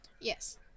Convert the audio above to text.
Yes